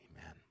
Amen